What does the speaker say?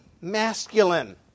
masculine